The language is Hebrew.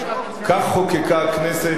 כך חוקקה הכנסת,